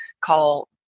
call